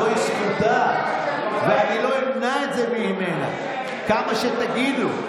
זוהי זכותה, ואני לא אמנע את זה ממנה, כמה שתגידו.